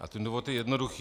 A ten důvod je jednoduchý.